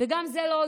וגם זה לא עוזר.